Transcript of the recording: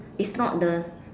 is not the